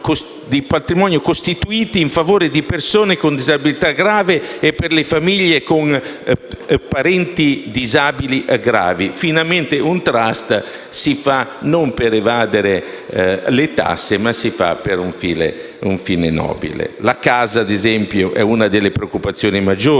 di patrimoni costituiti in favore di persone con disabilità grave e per le famiglie con parenti disabili gravi. Finalmente un *trust* non per evadere le tasse ma per un fine nobile. La casa, ad esempio, è una delle preoccupazioni maggiori